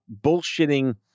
bullshitting